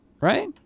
Right